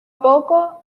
poco